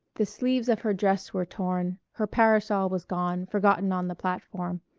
the sleeves of her dress were torn her parasol was gone, forgotten on the platform.